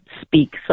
speak